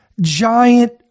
giant